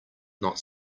not